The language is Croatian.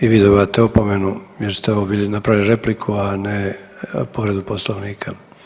I vi dobivate opomenu jer ste ovo bili napravili repliku, a ne povredu Poslovnika.